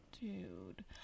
Dude